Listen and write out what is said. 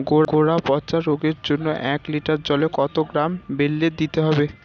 গোড়া পচা রোগের জন্য এক লিটার জলে কত গ্রাম বেল্লের দিতে হবে?